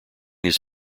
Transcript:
his